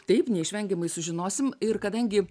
taip neišvengiamai sužinosim ir kadangi